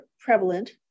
prevalent